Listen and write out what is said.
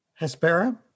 Hespera